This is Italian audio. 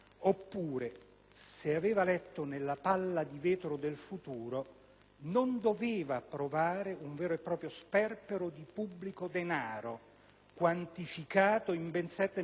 se aveva letto nella palla di vetro del futuro, non doveva approvare un vero e proprio sperpero di pubblico denaro, quantificato in ben 7 miliardi di euro